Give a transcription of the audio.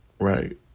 right